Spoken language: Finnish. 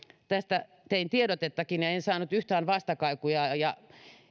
tästä tein tiedotettakin en en saanut yhtään vastakaikua ja